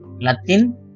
Latin